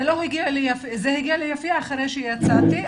זה הגיע ליפיע אחרי שיצאתי,